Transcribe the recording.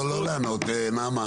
לא, לא לענות, נעמה.